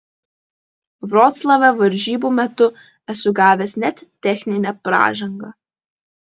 vroclave varžybų metu esu gavęs net techninę pražangą